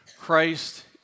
Christ